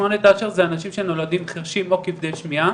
תסמונת טאצ'ר זה אנשים שנולדים חרשים או כבדי שמיעה,